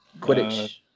Quidditch